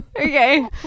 Okay